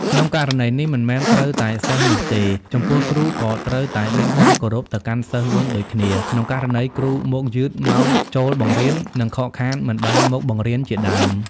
ក្នុងករណីនេះមិនមែនត្រូវតែសិស្សនោះទេ ចំពោះគ្រូក៏ត្រូវតែមានការគោរពទៅកាន់សិស្សវិញដូចគ្នាក្នុងករណីគ្រូមកយឺតម៉ោងចូលបង្រៀន និងខកខានមិនបានមកបង្រៀនជាដើម។